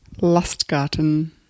Lustgarten